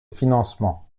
financement